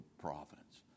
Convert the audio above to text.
providence